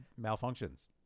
malfunctions